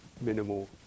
minimal